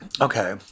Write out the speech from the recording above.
okay